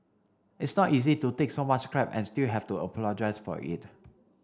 it's not easy to take so much crap and still have to apologise for it